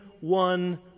one